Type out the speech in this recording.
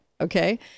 Okay